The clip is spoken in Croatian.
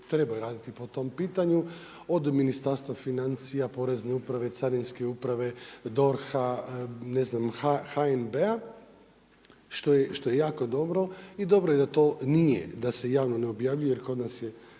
trebaju raditi po tom pitanju od Ministarstva financija, Porezne uprave, Carinske uprave, DORH-a, HNB-a, što je jako dobro i dobro je da to nije, da se javno ne objavljuje jer kod nas je